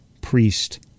priest